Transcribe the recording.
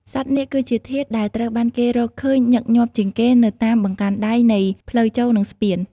សត្វនាគ គឺជាធាតុដែលត្រូវបានគេរកឃើញញឹកញាប់ជាងគេនៅតាមបង្កាន់ដៃនៃផ្លូវចូល និងស្ពាន។